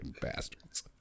bastards